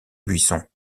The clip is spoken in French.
buissons